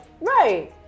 Right